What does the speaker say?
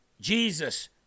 Jesus